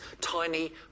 tiny